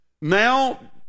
Now